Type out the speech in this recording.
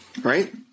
Right